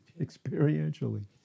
experientially